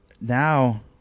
now